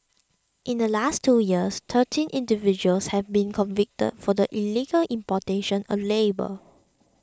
in the last two years thirteen individuals have been convicted for the illegal importation of labour